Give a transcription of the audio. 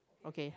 okay